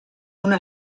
una